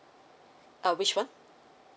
err which one